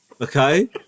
okay